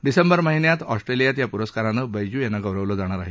डिसेंबर महिन्यात ऑस्ट्रेलियात या पुरस्कारानं बेजू यांना गौरवलं जाणार आहे